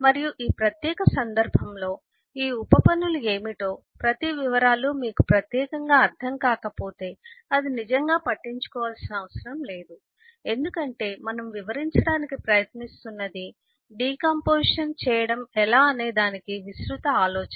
మరియు ఈ ప్రత్యేక సందర్భంలో ఈ ఉప పనులు ఏమిటో ప్రతి వివరాలు మీకు ప్రత్యేకంగా అర్థం కాకపోతే అది నిజంగా పట్టించుకోవలసిన అవసరం లేదు ఎందుకంటే మనము వివరించడానికి ప్రయత్నిస్తున్నది డికాంపొజిషన్ చేయడం ఎలా అనేదానికి విస్తృత ఆలోచన